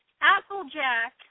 Applejack